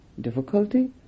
difficulty